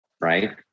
right